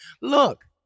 Look